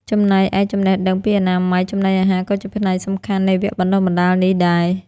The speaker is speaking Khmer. ចំណែកឯចំណេះដឹងពីអនាម័យចំណីអាហារក៏ជាផ្នែកសំខាន់នៃវគ្គបណ្ដុះបណ្ដាលនេះដែរ។